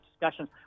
discussions